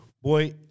Boy